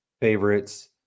favorites